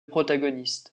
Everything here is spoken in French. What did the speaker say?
protagonistes